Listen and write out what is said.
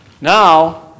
now